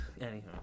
Anyhow